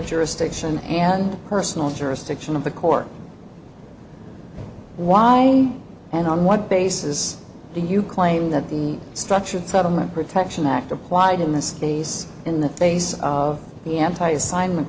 jurisdiction and personal jurisdiction of the court why and on what basis do you claim that the structured settlement protection act applied in this case in the face of the anti assignment